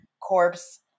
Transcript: Corpse